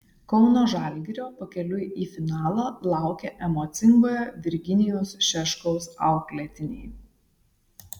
kauno žalgirio pakeliui į finalą laukia emocingojo virginijaus šeškaus auklėtiniai